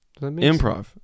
Improv